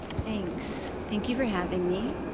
thanks. thank you for having me.